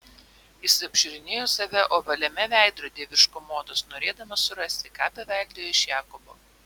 jis apžiūrinėjo save ovaliame veidrodyje virš komodos norėdamas surasti ką paveldėjo iš jakobo